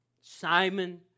Simon